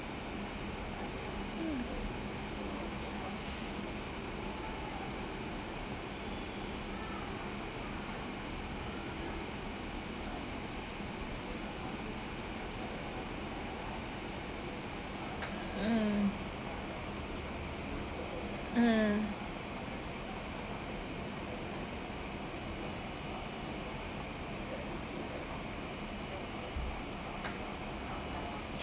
mm mm